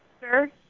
Sir